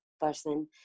person